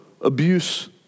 abuse